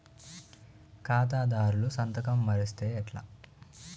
ఖాతాదారుల సంతకం మరిస్తే ఎట్లా?